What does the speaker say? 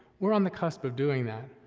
we're on the cusp of doing that,